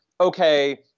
okay